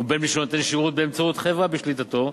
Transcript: ובין מי שנותן שירות באמצעות חברה בשליטתו,